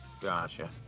Gotcha